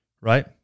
Right